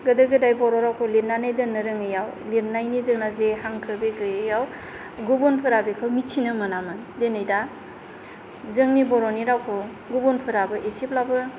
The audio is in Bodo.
गोदो गोदाय बर' रावखौ लिरनानै दोननो रोङैयाव लिरनायनि जोंना जे हांखो बे गैयैयाव गुबुनफोरा बेखौ मिथिनो मोनामोन दिनै दा जोंनि बर'नि रावखौ गुबुनफोराबो एसेब्लाबो